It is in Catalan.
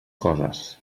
coses